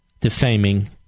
defaming